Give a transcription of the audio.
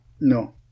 No